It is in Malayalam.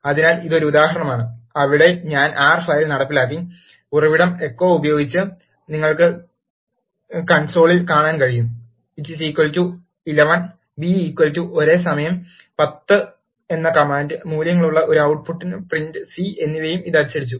അതിനാൽ ഇത് ഒരു ഉദാഹരണമാണ് അവിടെ ഞാൻ ആർ ഫയൽ നടപ്പിലാക്കി ഉറവിടം എക്കോ ഉപയോഗിച്ച് ഉപയോഗിച്ച് നിങ്ങൾക്ക് കൺസോളിൽ കാണാൻ കഴിയും 11 b ഒരു സമയം 10 എന്ന കമാൻഡ് മൂല്യങ്ങളുള്ള ഒരു output ട്ട് പുട്ട് പ്രിന്റ് സി എന്നിവയും ഇത് അച്ചടിച്ചു